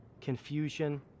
confusion